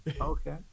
Okay